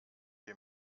wir